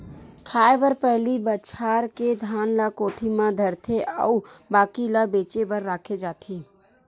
खाए बर पहिली बछार के धान ल कोठी म धरथे अउ बाकी ल बेचे बर राखे जाथे